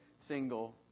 single